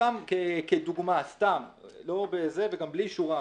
כדוגמה סתמית וגם בלי אישורם,